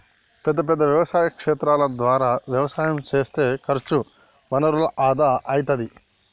పెద్ద పెద్ద వ్యవసాయ క్షేత్రాల ద్వారా వ్యవసాయం చేస్తే ఖర్చు వనరుల ఆదా అయితది